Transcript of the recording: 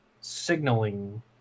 signaling